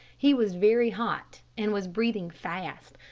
he was very hot, and was breathing fast,